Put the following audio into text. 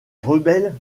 rebelles